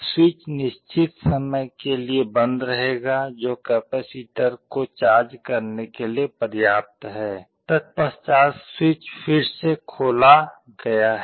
switch निश्चित समय के लिए बंद रहेगा जो कैपैसिटर को चार्ज करने के लिए पर्याप्त है तद्पश्चात स्विच फिर से खोला गया है